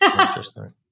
Interesting